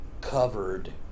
covered